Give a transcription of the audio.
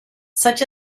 such